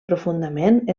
profundament